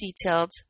detailed